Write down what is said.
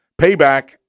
payback